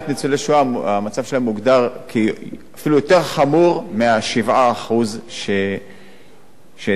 המצב שלהם מוגדר אפילו יותר חמור מה-7% שדיברנו עליהם.